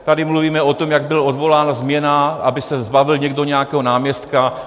Tady mluvíme o tom, jak byl odvolán změna aby se zbavil někdo nějakého náměstka .